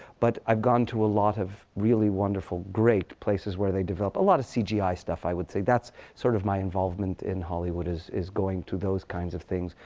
but i've gone to a lot of really wonderful great places where they develop a lot of cgi stuff, i would say. that's sort of my involvement in hollywood, is is going to those kinds of things,